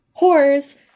whores